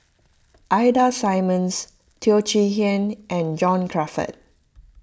Ida Simmons Teo Chee Hean and John Crawfurd